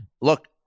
Look